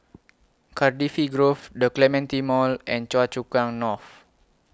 Cardifi Grove The Clementi Mall and Choa Chu Kang North